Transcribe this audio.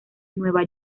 nueva